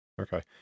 Okay